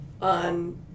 on